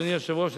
אדוני היושב-ראש,